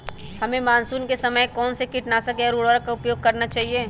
हमें मानसून के समय कौन से किटनाशक या उर्वरक का उपयोग करना चाहिए?